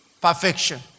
perfection